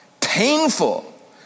painful